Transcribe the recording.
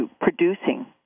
producing